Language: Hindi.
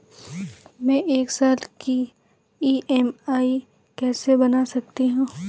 मैं एक साल की ई.एम.आई कैसे बना सकती हूँ?